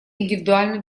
индивидуально